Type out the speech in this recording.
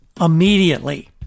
immediately